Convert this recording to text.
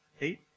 Eight